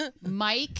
Mike